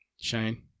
Shane